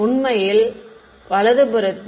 உண்மையில் ஆமாம் வலது புறத்தில்